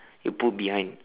you put behind